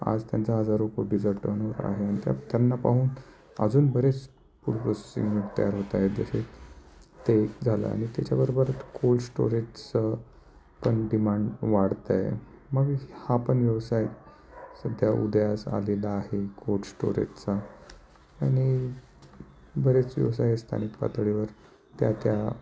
आज त्यांचा हजारो कोटीचा टर्न ओवर आहे आणि त्या त्यांना पाहून अजून बरेच फूड प्रोसेसिंग तयार होत आहे जसे ते झालं आणि त्याच्याबरोबर कोल्ड स्टोरेजचं पण डिमांड वाढतं आहे मग हा पण व्यवसाय सध्या उदयास आलेला आहे कोल्ड स्टोरेजचा आणि बरेच व्यवसाय स्थानिक पातळीवर त्या त्या